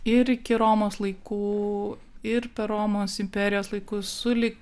ir iki romos laikų ir per romos imperijos laikus sulig